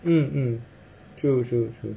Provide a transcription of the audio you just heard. mm mm 就是说